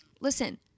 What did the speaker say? listen